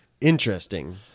Interesting